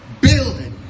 building